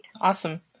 Awesome